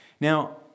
Now